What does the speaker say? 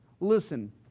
Listen